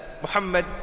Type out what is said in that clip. Muhammad